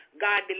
God